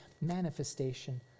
manifestation